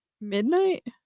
midnight